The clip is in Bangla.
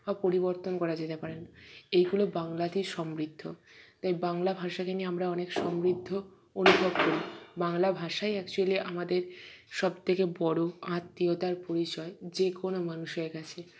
বা পরিবর্তন করা যেতে পারে না এইগুলো বাংলাতেই সমৃদ্ধ তাই বাংলা ভাষাকে নিয়ে আমরা অনেক সমৃদ্ধ অনুভব করি বাংলা ভাষাই অ্যাকচুয়ালি আমাদের সবথেকে বড় আত্মীয়তার পরিচয় যে কোনো মানুষের কাছে